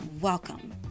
Welcome